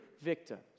victims